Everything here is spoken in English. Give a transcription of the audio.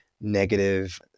negative